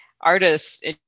artists